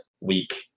week